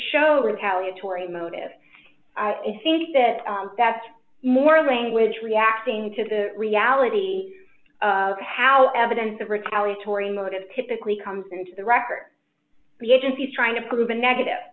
show retaliatory motive i think that that's more language reacting to the reality of how evidence of retaliatory motive typically comes into the record the agency's trying to prove a negative